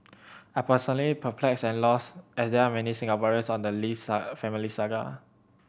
I'm personally perplexed and lost as there are many Singaporeans on the Lees are family saga